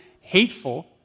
hateful